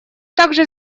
также